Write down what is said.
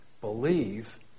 believe